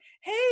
Hey